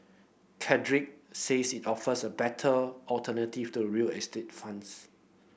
cadre says it offers a better alternative to real estate funds